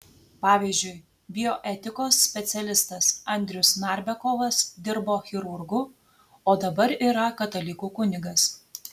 pavyzdžiui bioetikos specialistas andrius narbekovas dirbo chirurgu o dabar yra katalikų kunigas